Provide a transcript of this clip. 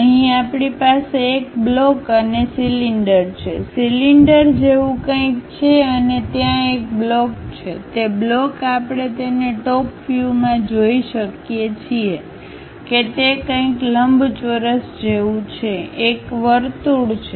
અહીં આપણી પાસે એક બ્લોક અને સિલિન્ડર છે સિલિન્ડર જેવું કંઈક છે અને ત્યાં એક બ્લોક છે તે બ્લોક આપણે તેને ટોપ વ્યૂ માં જોઈ શકીએ છીએ કે તે કંઈક લંબચોરસ જેવું છે એક વર્તુળ છે